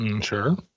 Sure